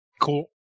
Cool